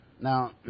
Now